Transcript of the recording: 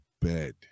bed